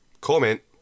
Comment